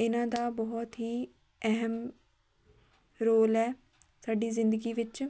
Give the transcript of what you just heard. ਇਹਨਾਂ ਦਾ ਬਹੁਤ ਹੀ ਅਹਿਮ ਰੋਲ ਹੈ ਸਾਡੀ ਜ਼ਿੰਦਗੀ ਵਿੱਚ